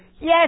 Yes